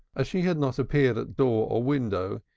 as she had not appeared at door or window,